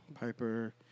Piper